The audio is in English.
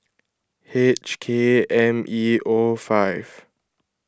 H K M E O five